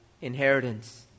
inheritance